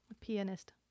Pianist